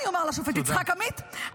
אני אומר לשופט יצחק עמית,